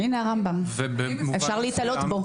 הנה הרמב"ם, אפשר להיתלות בו.